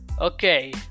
okay